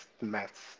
maths